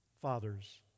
Fathers